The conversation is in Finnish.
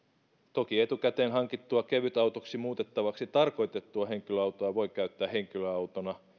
toki etukäteen hankittua kevytautoksi muutettavaksi tarkoitettua henkilöautoa voi käyttää henkilöautona